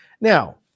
Now